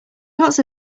lots